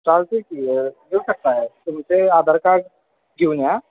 चालतं आहे की येऊ शकत आहे तुमचे आधार कार्ड घेऊन या